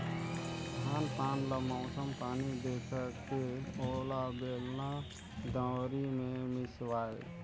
धान पान ल मउसम पानी देखके ओला बेलना, दउंरी मे मिसवाए